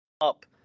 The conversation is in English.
up